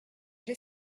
j’ai